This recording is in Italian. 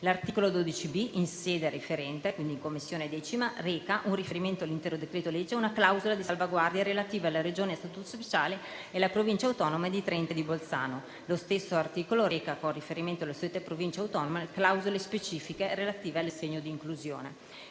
inserito in sede referente in 10a Commissione - reca, con riferimento all'intero decreto-legge, una clausola di salvaguardia relativa alle Regioni a statuto speciale e alle Province autonome di Trento e di Bolzano; lo stesso articolo reca, con riferimento alle suddette Province autonome, clausole specifiche, relative all'Assegno di inclusione